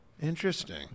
Interesting